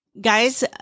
guys